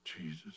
Jesus